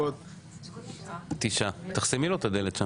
9 נמנעים, אין לא אושר.